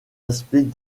aspects